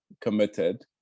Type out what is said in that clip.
committed